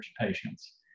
patients